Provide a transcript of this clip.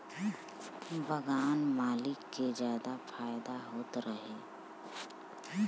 बगान मालिक के जादा फायदा होत रहे